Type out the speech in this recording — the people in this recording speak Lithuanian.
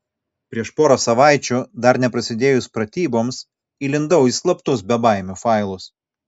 prieš porą savaičių dar neprasidėjus pratyboms įlindau į slaptus bebaimių failus